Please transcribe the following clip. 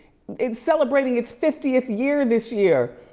it's celebrating its fiftieth year this year.